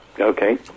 Okay